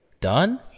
Done